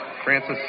Francis